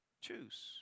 Choose